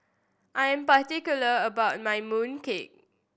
I'm particular about my mooncake